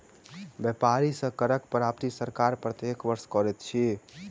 व्यापारी सॅ करक प्राप्ति सरकार प्रत्येक वर्ष करैत अछि